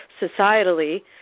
societally